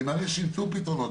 אני מעריך שימצאו פתרונות.